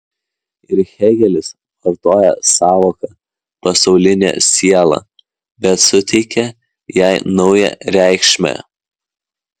ir hėgelis vartoja sąvoką pasaulinė siela bet suteikia jai naują reikšmę